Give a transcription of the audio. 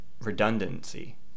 redundancy